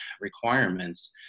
requirements